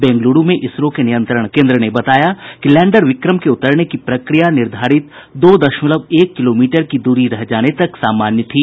बेंगलूरू में इसरो के नियंत्रण केन्द्र ने बताया है कि लैंडर विक्रम के उतरने की प्रक्रिया निर्धारित दो दशमलव एक किलोमीटर की दूरी रह जाने तक सामान्य थी